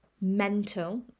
mental